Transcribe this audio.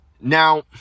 Now